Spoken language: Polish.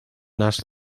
nas